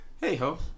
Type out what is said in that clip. Hey-ho